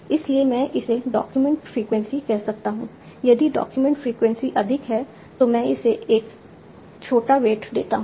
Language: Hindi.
इसलिए मैं इसे डॉक्यूमेंट फ्रीक्वेंसी कह सकता हूं यदि डॉक्यूमेंट फ्रीक्वेंसी अधिक है तो मैं इसे एक छोटा वेट देता हूं